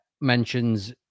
mentions